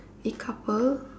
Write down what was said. a couple